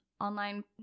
online